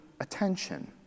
attention